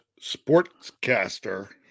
sportscaster